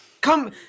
come